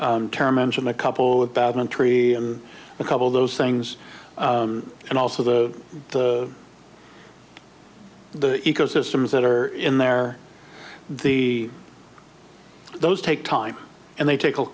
t term mention a couple of thousand and three and a couple of those things and also the the ecosystems that are in there the those take time and they take